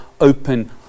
open